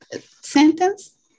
sentence